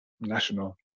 national